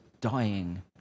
dying